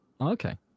Okay